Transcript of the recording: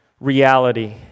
reality